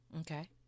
okay